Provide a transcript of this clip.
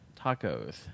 Tacos